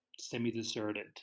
semi-deserted